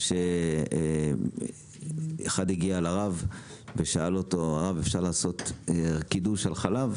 אחד הגיע לרב ושאל אותו "הרב אפשר לעשות קידוש על חלב?"